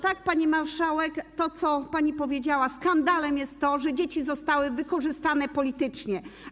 Tak, pani marszałek, to, co pani powiedziała: skandalem jest to, że dzieci zostały wykorzystane politycznie.